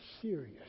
serious